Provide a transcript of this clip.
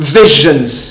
visions